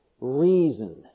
Reason